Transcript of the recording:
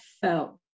felt